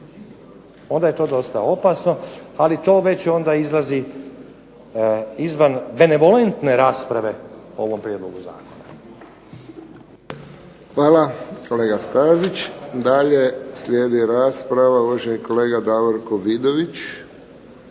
Onda je to dosta opasno, ali to već onda izlazi izvan benevolentne rasprave o ovom prijedlogu zakona. **Friščić, Josip (HSS)** Hvala kolega Stazić. Dalje slijedi rasprava. Uvaženi kolega Davorko Vidović.